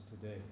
today